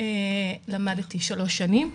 למדתי שלוש שנים,